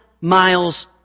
miles